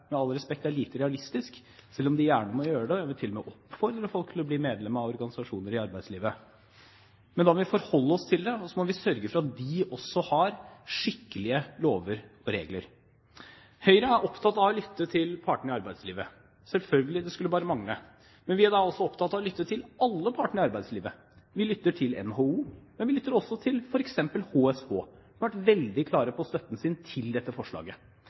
med all respekt – er lite realistisk, selv om de gjerne må gjøre det. Jeg vil til og med oppfordre folk til å bli medlemmer av organisasjoner i arbeidslivet. Men vi må forholde oss til det, og så må vi sørge for at de også har skikkelige lover og regler. Høyre er selvfølgelig opptatt av å lytte til partene i arbeidslivet. Det skulle bare mangle. Men vi er opptatt av å lytte til alle partene i arbeidslivet. Vi lytter til NHO, men vi lytter også til f.eks. HSH, som har vært veldig klare på sin støtte til dette forslaget.